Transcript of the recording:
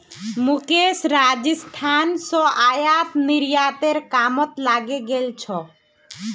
मुकेश राजस्थान स आयात निर्यातेर कामत लगे गेल छ